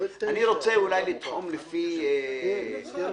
אני רוצה אולי לתחום לפי מרחק.